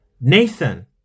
Nathan